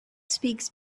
speaks